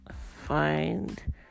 find